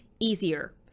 easier